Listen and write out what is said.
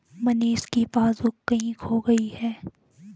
मनीष की पासबुक कहीं खो गई है